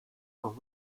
los